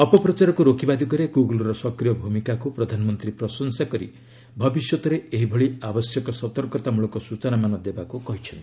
ଅପପ୍ରଚାରକୁ ରୋକିବା ଦିଗରେ ଗୁଗୁଲର ସକ୍ରିୟ ଭୂମିକାକୁ ପ୍ରଧାନମନ୍ତ୍ରୀ ପ୍ରଶଂସା କରି ଭବିଷ୍ୟତରେ ଏହିଭଳି ଆବଶ୍ୟକ ସତର୍କତା ମୂଳକ ସୂଚନା ମାନ ଦେବାକୁ କହିଛନ୍ତି